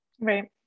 Right